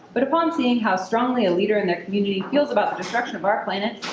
but upon seeing how strongly a leader in their community feels about the destruction of our planet,